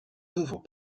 œuvres